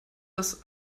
das